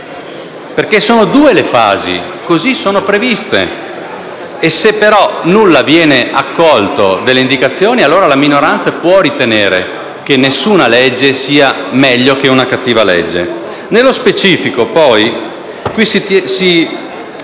Infatti sono due le fasi previste ma, se nulla viene accolto delle indicazioni, allora la minoranza può ritenere che nessuna legge sia meglio che una cattiva legge. Nello specifico, poi, si